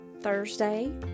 Thursday